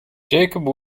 jacob